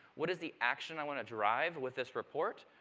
what is the action i want to drive with this report?